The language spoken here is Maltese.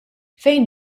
fejn